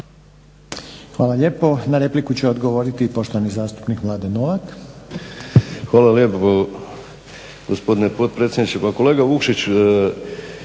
Hvala lijepo. Na repliku će odgovoriti poštovani zastupnik Mladen Novak.